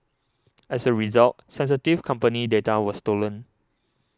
as a result sensitive company data was stolen